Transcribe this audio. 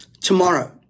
Tomorrow